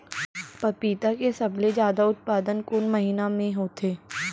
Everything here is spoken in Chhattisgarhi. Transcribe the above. पपीता के सबले जादा उत्पादन कोन महीना में होथे?